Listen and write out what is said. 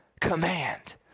command